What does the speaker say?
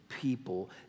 People